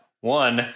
one